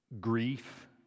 grief